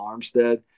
Armstead